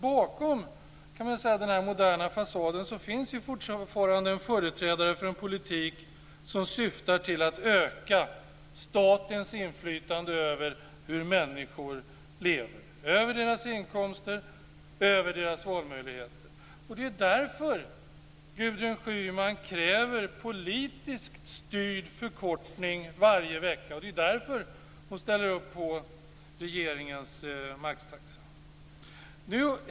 Bakom den moderna fasaden finns fortfarande en företrädare för en politik som syftar till att öka statens inflytande över hur människor lever - över deras inkomster, över deras valmöjligheter. Det är därför Gudrun Schyman kräver politiskt styrd förkortning varje vecka, och det är därför hon ställer upp på regeringens maxtaxa.